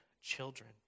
children